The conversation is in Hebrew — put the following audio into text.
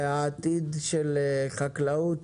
והעתיד של החקלאות